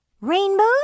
rainbows